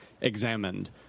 examined